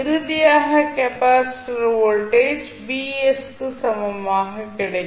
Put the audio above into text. இறுதியாக capacitor voltage Vs க்கு சமமாக கிடைக்கும்